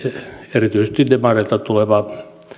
erityisesti demareilta tuleva